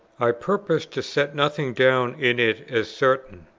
i purpose to set nothing down in it as certain,